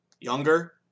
Younger